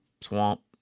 swamp